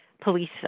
police